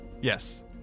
yes